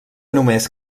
només